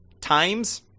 times